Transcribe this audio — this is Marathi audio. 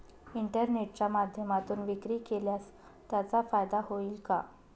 इंटरनेटच्या माध्यमातून विक्री केल्यास त्याचा फायदा होईल का?